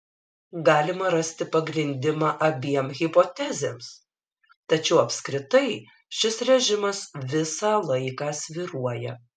galima rasti pagrindimą abiem hipotezėms tačiau apskritai šis režimas visą laiką svyruoja